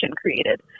created